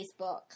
Facebook